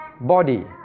body